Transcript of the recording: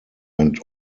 went